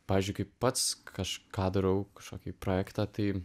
pavyzdžiui kaip pats kažką darau kažkokį projektą tai